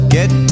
Get